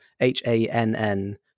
H-A-N-N